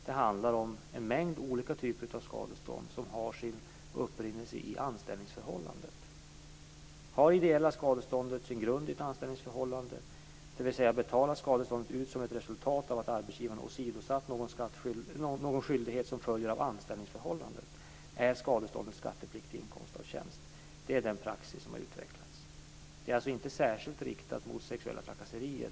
Det handlar om en mängd olika typer av skadestånd som har sin upprinnelse i anställningsförhållandet. Har skadeståndet sin grund i ett anställningsförhållande, dvs. betalas skadeståndet ut som ett resultat av att arbetsgivaren åsidosatt någon skyldighet som följer av anställningsförhållandet, är skadeståndet skattepliktig inkomst av tjänst. Det är den praxis som har utvecklats. Det är alltså inte särskilt riktat mot sexuella trakasserier.